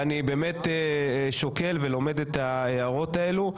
ואני באמת שוקל ולומד את ההערות האלה.